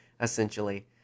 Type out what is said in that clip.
essentially